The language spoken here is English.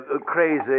Crazy